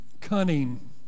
Cunning